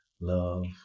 love